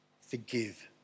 forgive